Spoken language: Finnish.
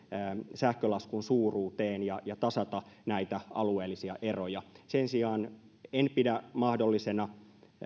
sähkölaskun suuruuteen ja ja tasata näitä alueellisia eroja sen sijaan en pidä mahdollisena